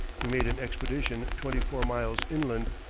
he made an expedition twenty-four miles inland,